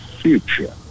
future